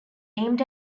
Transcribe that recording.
aimed